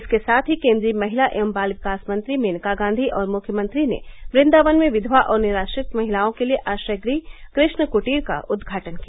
इसके साथ ही केन्द्रीय महिला एवं बाल विकास मंत्री मेनका गांधी और मुख्यमंत्री ने वृंदावन में विधवा और निराश्रति महिलाओं के लिए आश्रय गृह कृष्ण कुटीर का उद्घाटन किया